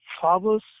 father's